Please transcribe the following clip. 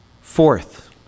Fourth